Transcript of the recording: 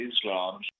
islam